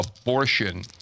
abortion